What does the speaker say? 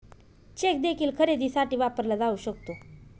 check देखील खरेदीसाठी वापरला जाऊ शकतो